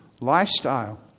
lifestyle